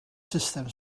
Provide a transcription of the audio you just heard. sustem